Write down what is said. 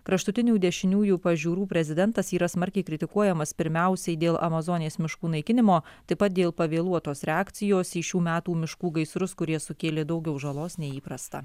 kraštutinių dešiniųjų pažiūrų prezidentas yra smarkiai kritikuojamas pirmiausiai dėl amazonės miškų naikinimo taip pat dėl pavėluotos reakcijos į šių metų miškų gaisrus kurie sukėlė daugiau žalos nei įprasta